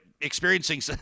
experiencing